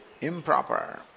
Improper